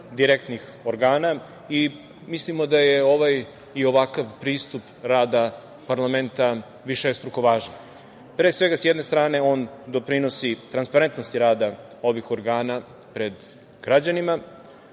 direktnih organa i mislimo da je ovaj i ovakav pristup rada parlamenta višestruko važan. Pre svega, sa jedne strane, on doprinosi transparentnosti rada ovih organa pred građanima